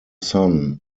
son